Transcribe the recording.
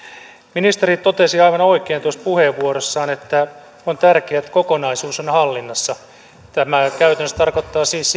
ministeri totesi aivan oikein puheenvuorossaan että on tärkeää että kokonaisuus on hallinnassa tämä käytännössä tarkoittaa siis